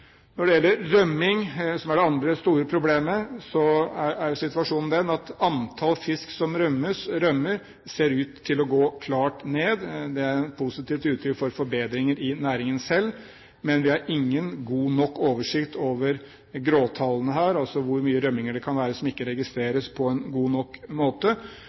Når det gjelder rømming, som er det andre store problemet, er situasjonen den at antall fisk som rømmer, ser ut til å gå klart ned. Det er et positivt uttrykk for forbedringer i næringen selv, men vi har ingen god nok oversikt over gråtallene – altså hvor mange rømminger som ikke registreres på en god nok måte.